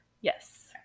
Yes